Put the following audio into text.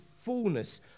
fullness